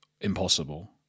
impossible